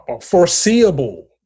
foreseeable